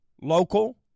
local